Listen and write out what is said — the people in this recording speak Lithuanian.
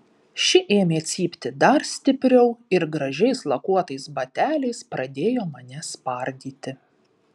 ši ėmė cypti dar stipriau ir gražiais lakuotais bateliais pradėjo mane spardyti